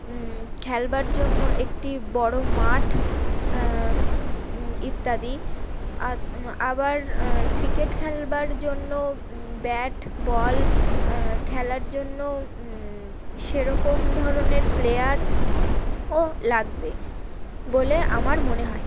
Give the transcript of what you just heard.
খেলবার জন্য একটি বড়ো মাঠ ইত্যাদি আবার ক্রিকেট খেলবার জন্য ব্যাট বল খেলার জন্য সেরকম ধরনের প্লেয়ারও লাগবে বলে আমার মনে হয়